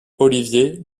olivier